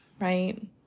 right